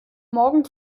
morgen